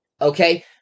Okay